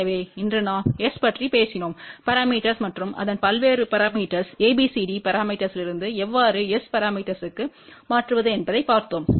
எனவே இன்று நாம் S பற்றி பேசினோம் பரமீட்டர்ஸ் மற்றும் அதன் பல்வேறு பரமீட்டர்ஸ் ABCD பரமீட்டர்ஸ்யிலிருந்து எவ்வாறு S பரமீட்டர்ஸ்வுக்கு மாற்றுவது என்பதைப் பார்த்தோம்